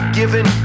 given